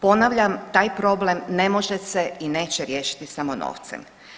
Ponavljam, taj problem ne može se i neće riješiti samo novcem.